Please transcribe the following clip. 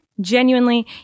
genuinely